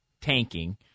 tanking